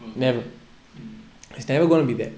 okay mm